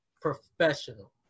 Professional